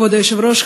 כבוד היושב-ראש,